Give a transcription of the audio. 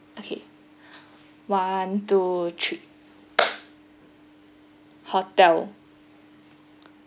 okay one two three hotel